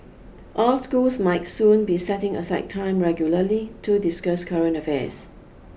all schools might soon be setting aside time regularly to discuss current affairs